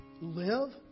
live